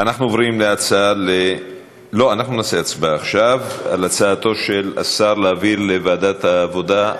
אנחנו נצביע עכשיו על הצעתו של השר להעביר לוועדת העבודה,